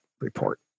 report